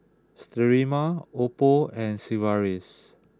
Sterimar Oppo and Sigvaris